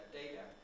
data